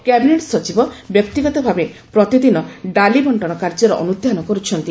cabinet ସଚିବ ବ୍ୟକ୍ତିଗତ ଭାବେ ପ୍ରତିଦିନ ଡାଲି ବର୍ଷ୍ଟନ କାର୍ଯ୍ୟର ଅନୁଧ୍ୟାନ କରୁଛନ୍ତି